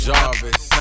Jarvis